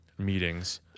meetings